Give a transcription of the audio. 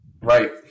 Right